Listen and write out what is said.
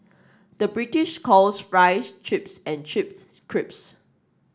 the British calls fries chips and chips crisps